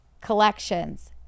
collections